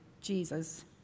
Jesus